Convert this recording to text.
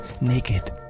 naked